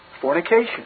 fornication